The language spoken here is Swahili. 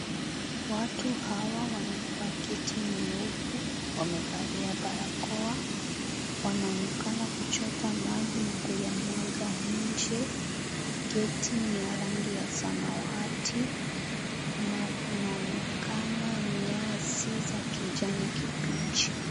Watu hawa wana pakiti nyeupe, wamevalia barakoa. Wanaonekana kuchota maji na kuyamwanga nje. Geti ni ya rangi ya samawati na kunaonekana nyasi za kijani kibichi.